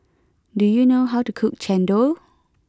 do you know how to cook Chendol